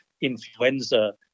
influenza